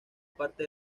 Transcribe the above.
parte